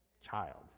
Child